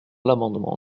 l’amendement